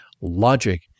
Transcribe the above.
logic